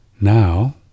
Now